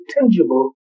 tangible